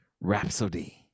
rhapsody